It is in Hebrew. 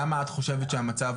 למה את חושבת שהמצב